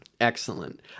excellent